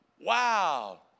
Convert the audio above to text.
Wow